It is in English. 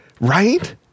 Right